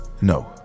No